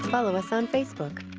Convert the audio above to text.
follow us on facebook.